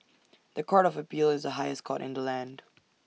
The Court of appeal is the highest court in the land